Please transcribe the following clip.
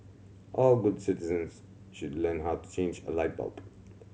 all good citizens should learn how to change a light bulb